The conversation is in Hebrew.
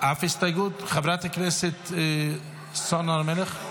אף הסתייגות, חברת הכנסת סון הר מלך?